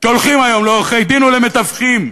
שהולכים היום לעורכי-דין או למתווכים,